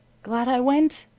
glad i went?